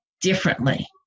differently